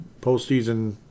postseason